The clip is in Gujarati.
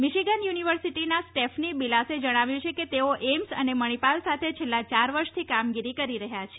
મીશીગન યુનિવર્સિટીના સ્ટેફની બિલાસે જણાવ્યું છે કે તેઓ એઇમ્સ અને મણિપાલ સાથે છેલ્લાં યાર વર્ષથી કામગીરી કરી રહ્યા છે